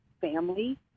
family